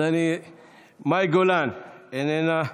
אז מאי גולן, איננה,